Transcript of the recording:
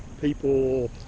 people